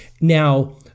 Now